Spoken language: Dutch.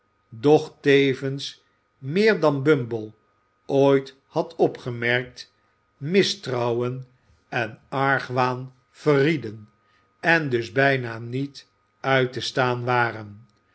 doch tevens meer dan bumble ooit had opgemerkt mistrouwen en argwaan verrieden en dus bijna niet uit te staan waren